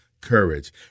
courage